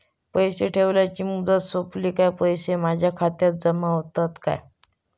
पैसे ठेवल्याची मुदत सोपली काय पैसे माझ्या खात्यात जमा होतात काय?